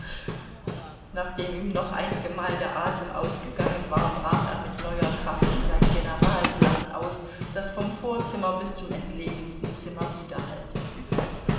nachdem ihm noch einigemal der atem ausgegangen war brach er mit neuer kraft in sein generalslachen aus das vom vorzimmer bis zum entlegensten zimmer